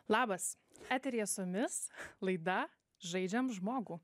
labas eteryje su mumis laida žaidžiam žmogų